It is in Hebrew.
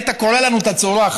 היית קורע לנו את הצורה,